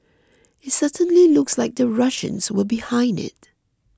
it certainly looks like the Russians were behind it